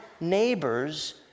neighbor's